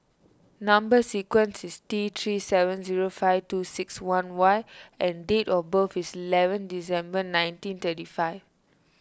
Number Sequence is T three seven zero five two six one Y and date of birth is eleven December nineteen thirty five